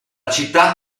città